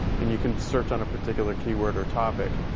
and you can search on a particular keyword or topic.